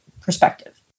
perspective